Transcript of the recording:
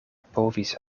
povis